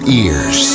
ears